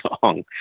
song